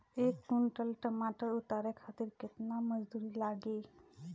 एक कुंटल टमाटर उतारे खातिर केतना मजदूरी लागी?